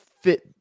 fit